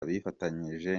bifatanyije